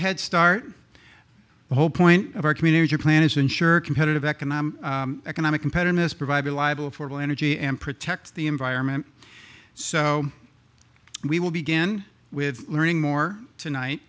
head start the whole point of our community plan is ensure competitive economic economic competitiveness provide reliable for the energy and protect the environment so we will begin with learning more tonight